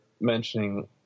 mentioning